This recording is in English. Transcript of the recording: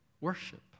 worship